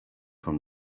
from